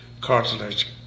cartilage